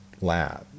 lab